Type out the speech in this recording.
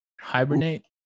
Hibernate